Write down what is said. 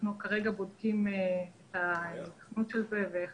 כרגע אנחנו בודקים את ההיתכנות של זה ואיך